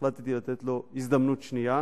החלטתי לתת לו הזדמנות שנייה.